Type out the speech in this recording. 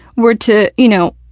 were to, you know,